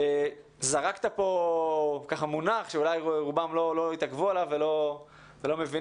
זרקת פה מונח שאולי הרוב לא התעכבו עליו ולא מבינים.